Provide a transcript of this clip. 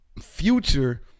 future